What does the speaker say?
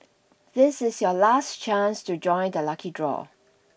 this is your last chance to join the lucky draw